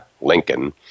Lincoln